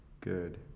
good